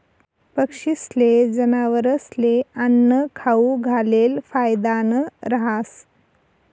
पक्षीस्ले, जनावरस्ले आन्नं खाऊ घालेल फायदानं रहास